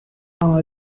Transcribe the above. mama